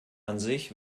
ansicht